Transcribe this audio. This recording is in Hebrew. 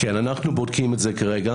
כן, אנחנו בודקים את זה כרגע,